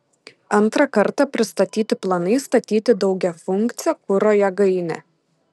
antrą kartą pristatyti planai statyti daugiafunkcę kuro jėgainę